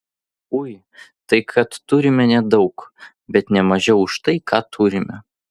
ui tai kad turime nedaug bet ne mažiau už tai ką turime